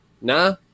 nah